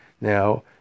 Now